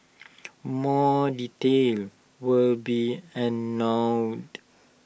more details will be